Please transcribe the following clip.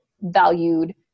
valued